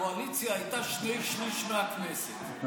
הקואליציה הייתה שני שלישים מהכנסת,